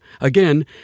Again